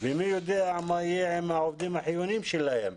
ומי יודע מה יהיה עם העובדים החיוניים שלהן.